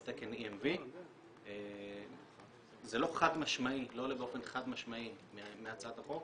על תקן EMV. זה לא עולה באופן חד משמעי מהצעת החוק